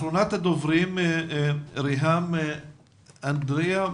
אחרונת הדוברים ריהאם אנדריה,